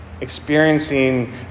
Experiencing